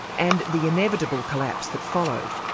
and the inevitable collapse that followed.